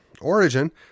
origin